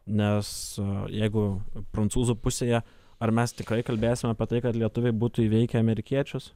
nes jeigu prancūzų pusėje ar mes tikrai kalbėsime apie tai kad lietuviai būtų įveikę amerikiečius